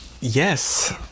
Yes